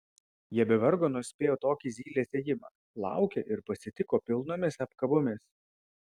jie be vargo nuspėjo tokį zylės ėjimą laukė ir pasitiko pilnomis apkabomis